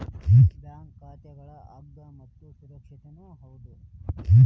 bank ಖಾತಾಗಳು ಅಗ್ಗ ಮತ್ತು ಸುರಕ್ಷಿತನೂ ಹೌದು